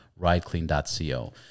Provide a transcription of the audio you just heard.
rideclean.co